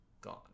gone